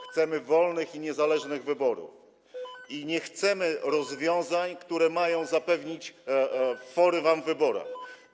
Chcemy wolnych i niezależnych wyborów i nie chcemy rozwiązań, które mają zapewnić wam fory w wyborach.